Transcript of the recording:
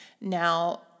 Now